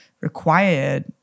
required